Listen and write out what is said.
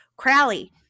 Crowley